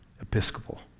Episcopal